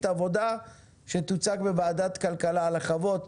עבודה שתוצג בוועדת כלכלה על החוות.